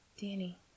Danny